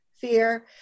fear